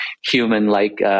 human-like